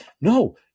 No